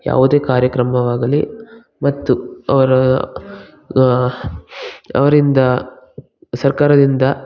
ಯಾವುದೇ ಕಾರ್ಯಕ್ರಮವಾಗಲಿ ಮತ್ತು ಅವರ ಅವರಿಂದ ಸರ್ಕಾರದಿಂದ